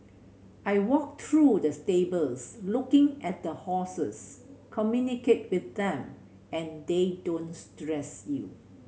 I walk through the stables looking at the horses communicate with them and they don't stress you